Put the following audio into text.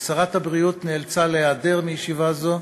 שרת הבריאות נאלצה להיעדר מישיבה זו,